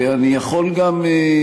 ואני יכול גם,